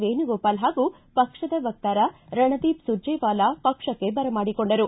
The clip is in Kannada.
ವೇಣುಗೋಪಾಲ್ ಹಾಗೂ ಪಕ್ಷದ ವಕ್ತಾರ ರಣದೀಪ್ ಸುರ್ಜೆವಾಲಾ ಪಕ್ಷಕ್ಕೆ ಬರಮಾಡಿಕೊಂಡರು